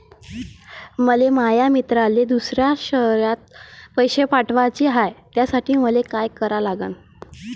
मले माया मित्राले दुसऱ्या शयरात पैसे पाठवाचे हाय, त्यासाठी मले का करा लागन?